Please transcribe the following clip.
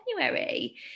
January